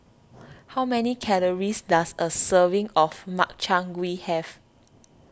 how many calories does a serving of Makchang Gui have